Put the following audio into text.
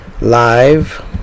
live